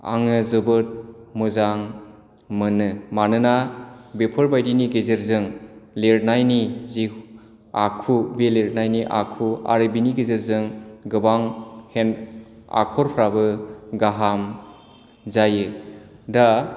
आङो जोबोद मोजां मोनो मानोना बेफोरबायदिनि गेजेरजों लिरनायनि जि आखु बि लिरनायनि आखु आरो बिनि गेजेरजों गोबां आखरफ्राबो गाहाम जायो दा